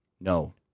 No